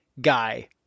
guy